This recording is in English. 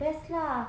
best lah